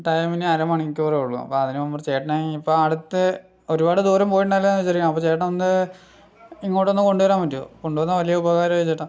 ടൈമിന് അരമണിക്കൂറേ ഉള്ളൂ അപ്പം അതിനു മുൻപ് ചേട്ടനെ ഇനിയിപ്പോൾ അടുത്ത് ഒരുപാട് ദൂരം പോയിട്ടുണ്ടാവില്ല എന്ന് വിചാരിക്കുകയാണ് അപ്പം ചേട്ടൻ ഒന്ന് ഇങ്ങോട്ടൊന്നു കൊണ്ടുവരാൻ പറ്റുമോ കൊണ്ടു വന്നാൽ വലിയ ഉപകാരമായി ചേട്ടാ